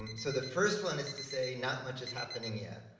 um so the first one is to say, not much is happening yet.